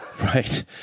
Right